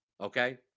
okay